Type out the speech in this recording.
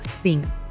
sing